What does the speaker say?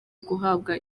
guhabwa